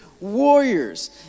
warriors